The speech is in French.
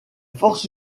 forces